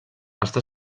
està